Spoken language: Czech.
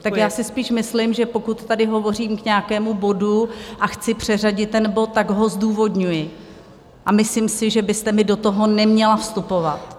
Tak já si spíš myslím, že pokud tady hovořím k nějakému bodu a chci přeřadit ten bod, tak ho zdůvodňuji, a myslím si, že byste mi do toho neměla vstupovat.